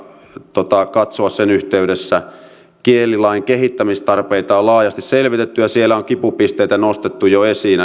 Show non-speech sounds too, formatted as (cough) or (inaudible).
yhteydessä kielilain kehittämistarpeita on laajasti selvitetty ja näissä aiempien vuosien selvityksissä on kipupisteitä nostettu jo esiin (unintelligible)